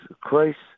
Christ